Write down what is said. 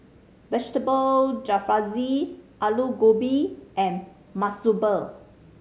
Vegetable Jalfrezi Alu Gobi and Monsunabe